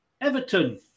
Everton